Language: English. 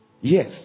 Yes